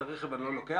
את הרכב אני לא לוקח.